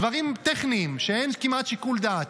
דברים טכניים, שאין כמעט שיקול דעת.